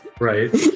right